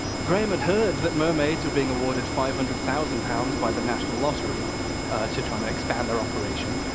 graham had heard that mermaids were being awarded five hundred thousand pounds by the national lottery to try to expand the operation,